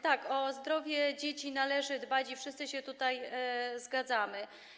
Tak, o zdrowie dzieci należy dbać i wszyscy się tutaj z tym zgadzamy.